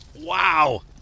wow